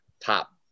top